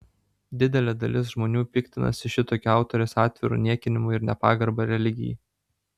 didelė dalis žmonių piktinasi šitokiu autorės atviru niekinimu ir nepagarba religijai